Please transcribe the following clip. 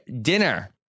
dinner